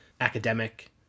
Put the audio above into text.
academic